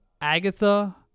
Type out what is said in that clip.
Agatha